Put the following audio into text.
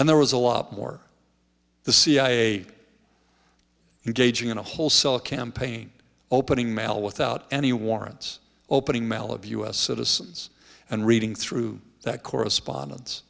and there was a lot more the cia engaging in a whole cell campaign opening mail without any warrants opening mail of u s citizens and reading through that correspondence